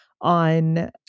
on